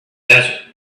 desert